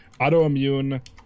autoimmune